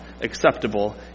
acceptable